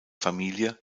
familie